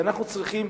ואנחנו צריכים,